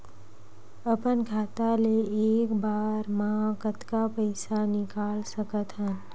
अपन खाता ले एक बार मा कतका पईसा निकाल सकत हन?